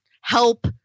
help –